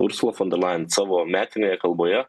ursula fon der lajen savo metinėje kalboje